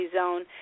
Zone